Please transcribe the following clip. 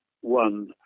one